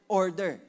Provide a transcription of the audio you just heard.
order